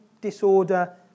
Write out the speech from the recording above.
disorder